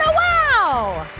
wow!